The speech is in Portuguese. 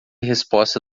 resposta